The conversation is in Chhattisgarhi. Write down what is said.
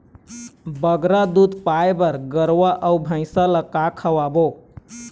बगरा दूध पाए बर गरवा अऊ भैंसा ला का खवाबो?